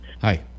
Hi